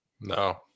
No